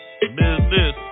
Business